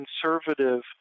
conservative